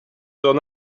son